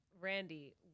Randy